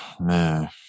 Man